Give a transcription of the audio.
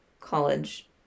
college